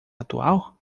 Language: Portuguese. atual